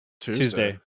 Tuesday